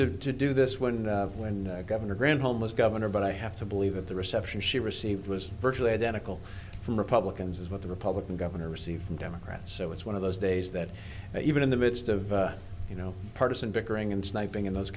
chance to do this when when governor granholm was governor but i have to believe that the reception she received was virtually identical from republicans is what the republican governor received from democrats so it's one of those days that even in the midst of you know partisan bickering and sniping and those